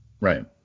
Right